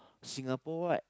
Singapore